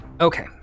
Okay